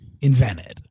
invented